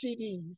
CDs